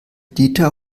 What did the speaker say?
dieter